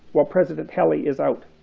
while president kellie is out,